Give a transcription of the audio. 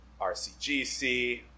RCGC